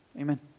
Amen